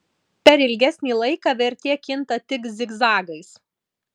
per ilgesnį laiką vertė kinta tik zigzagais